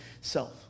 self